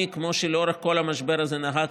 כמו שלאורך כל המשבר הזה נהגתי,